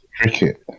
cricket